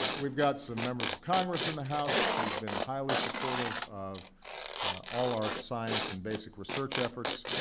we've got some members of congress in the house who have been highly supportive of all our science and basic research efforts.